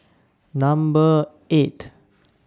Number eight